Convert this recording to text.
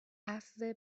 عفو